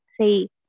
say